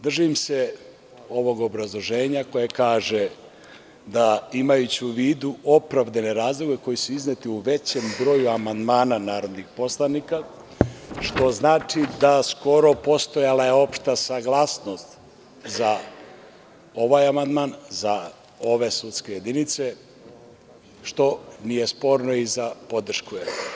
Držim se ovog obrazloženja koje kaže da, imajući u vidu opravdane razloge koji su izneti u većem broju amandmana narodnih poslanika, što znači da je skoro postojalaopšta saglasnost za ovaj amandman, za ove sudske jedinice, što nije sporno i za podršku.